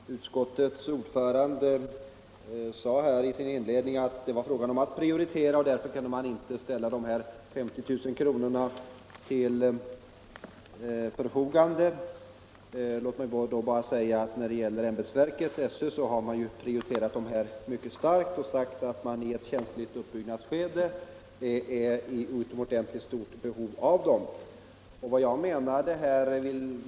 Herr talman! Utskottets ordförande sade i sin inledning att det var fråga om att prioritera och att man därför inte kunde ställa dessa 50 000 kr. avseende samordningstjänster till förfogande. Låt mig bara säga att ämbetsverket, SÖ, har prioriterat denna verksamhet mycket starkt och sagt att det i ett känsligt uppbyggnadsskede är i stort behov av dessa pengar.